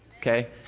Okay